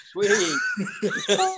Sweet